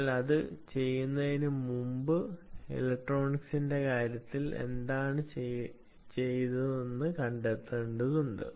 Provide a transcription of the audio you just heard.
എന്നാൽ അത് ചെയ്യുന്നതിന് മുമ്പ് ഇലക്ട്രോണിക്സിന്റെ കാര്യത്തിൽ എന്താണ് ചെയ്തതെന്ന് കണ്ടെത്തേണ്ടതുണ്ട്